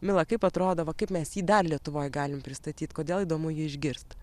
mila kaip atrodo va kaip mes jį dar lietuvoj galim pristatyt kodėl įdomu jį išgirst